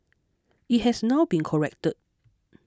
it has now been corrected